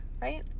right